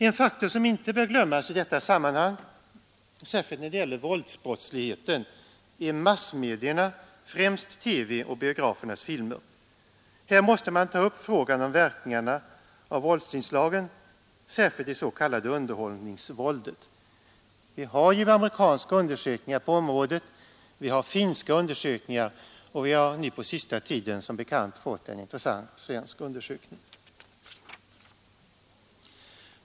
En faktor som inte bör glömmas i detta sammanhang — särskilt när det gäller våldsbrottsligheten — är massmedierna, främst TV och biografernas filmer. Här måste man ta upp frågan om verkningarna av våldsinslagen, särskilt det s.k. underhållningsvåldet. Vi har ju tillgång till amerikanska och finska undersökningar på området, och vi har nu på senaste tiden som bekant fått en intressant svensk undersökning.